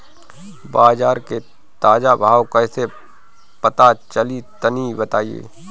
बाजार के ताजा भाव कैसे पता चली तनी बताई?